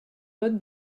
vote